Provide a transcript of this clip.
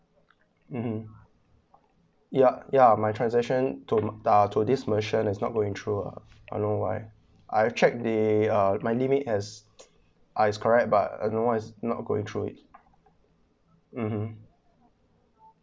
mmhmm ya ya my transaction to uh to this merchant is not going through uh I don't know why I've checked uh my limit has uh is correct but I don't know why it's not going through it mmhmm